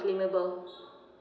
claimable